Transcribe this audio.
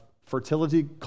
fertility